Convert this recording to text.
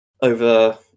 over